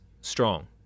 strong